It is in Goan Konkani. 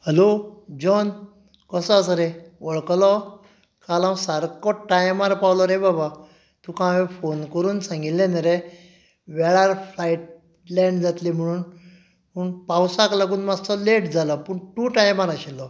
हॅलो जॉन कसो आसा रे वळखलो काल हांव सारको टायमार पावलो रे बाबा तुका हांवें फोन करून सांगिल्लें न्हय रे वेळार फ्लायट लँड जातली म्हणून पूण पावसाक लागून मात्सो लेट जालो पूण तूं टायमार आशिल्लो